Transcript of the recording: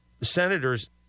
senators